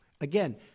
Again